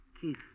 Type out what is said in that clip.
Keith